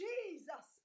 Jesus